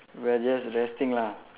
we're just resting lah